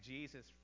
Jesus